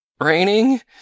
Raining